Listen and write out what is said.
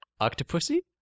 octopusy